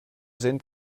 sind